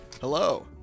Hello